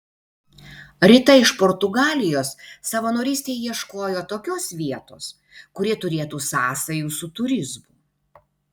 rita iš portugalijos savanorystei ieškojo tokios vietos kuri turėtų sąsajų su turizmu